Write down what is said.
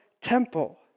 temple